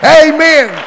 amen